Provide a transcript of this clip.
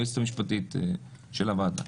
היועצת המשפטית של הוועדה.